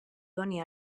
doni